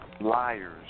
liars